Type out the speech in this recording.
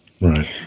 Right